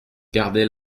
gardez